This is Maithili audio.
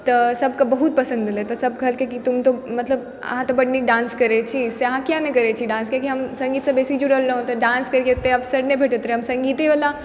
तऽ सबके बहुत पसंद एलै तऽ सब कहलकै कि तुम तो मतलब अहाँ तऽ बड्ड नीक डांस करै छी से अहाँ किया नै करै छी डांस कियाकि हम संगीत सऽ बेसी जुड़ल रहौं तऽ डांस के एते अवसर नहि भेटैत रहै हम संगीते वला